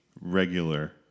regular